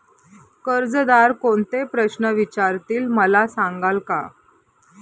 कर्जदार कोणते प्रश्न विचारतील, मला सांगाल का?